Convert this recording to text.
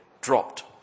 dropped